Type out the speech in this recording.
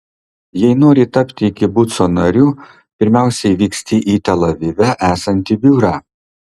jei nori tapti kibuco nariu pirmiausiai vyksti į tel avive esantį biurą